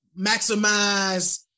maximize